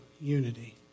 unity